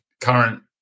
Current